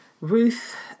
Ruth